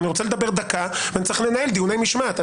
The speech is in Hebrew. אני רוצה לדבר דקה ואני צריך לנהל דיוני משמעת.